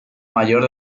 mayor